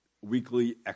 weekly